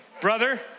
Brother